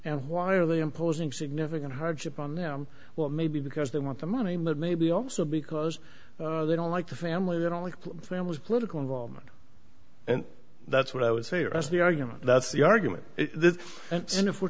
and why are they imposing significant hardship on them well maybe because they want the money but maybe also because they don't like the family that only families political involvement and that's what i would say that's the argument that's the argument and if we're